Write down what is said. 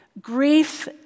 Grief